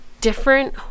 different